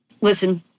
Listen